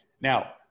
Now